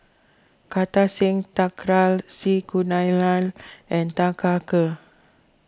Kartar Singh Thakral C Kunalan and Tan Kah Kee